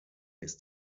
ist